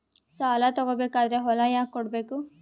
ಸಾಲ ತಗೋ ಬೇಕಾದ್ರೆ ಹೊಲ ಯಾಕ ಕೊಡಬೇಕು?